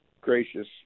gracious